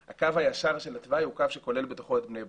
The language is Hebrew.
הקו הישר של התוואי הוא קו שכולל בתוכו את בני ברק.